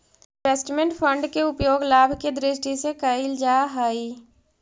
investment fund के उपयोग लाभ के दृष्टि से कईल जा हई